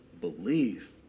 believe